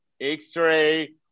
X-ray